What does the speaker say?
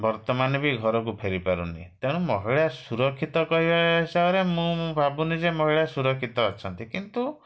ବର୍ତ୍ତମାନ ବି ଘରକୁ ଫେରି ପାରୁନି ତେଣୁ ମହିଳା ସୁରକ୍ଷିତ କହିବା ହିସାବରେ ମୁଁ ଭାବୁନି ଯେ ମହିଳା ସୁରକ୍ଷିତ ଅଛନ୍ତି କିନ୍ତୁ